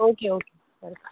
okay okay बरें